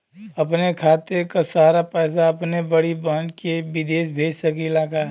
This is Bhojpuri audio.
अपने खाते क सारा पैसा अपने बड़ी बहिन के विदेश भेज सकीला का?